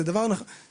זה דבר קיים,